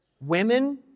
Women